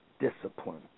Discipline